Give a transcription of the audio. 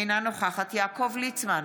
אינה נוכחת יעקב ליצמן,